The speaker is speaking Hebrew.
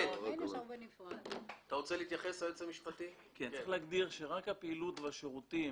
צריך להגדיר שרק הפעילות והשירותים